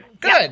Good